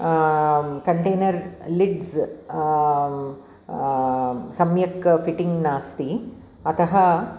container lids सम्यक् fitting नास्ति अतः